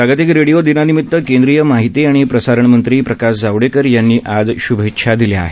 जागतिक रेडिओ दिनानिमित केंद्रीय माहिती आणि प्रसारणमंत्री प्रकाश जावडेकरांनी आज शुभेच्छा दिल्या आहेत